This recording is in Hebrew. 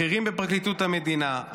בכירים בפרקליטות המדינה,